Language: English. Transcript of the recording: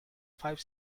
five